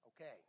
okay